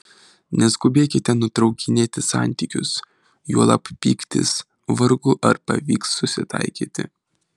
neskubėkite nutraukinėti santykius juolab pyktis vargu ar pavyks susitaikyti